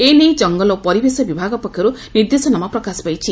ଏ ନେଇ ଜଙ୍ଗଲ ଓ ପରିବେଶ ବିଭାଗ ପକ୍ଷରୁ ନିର୍ଦ୍ଦେଶନାମା ପ୍ରକାଶ ପାଇଛି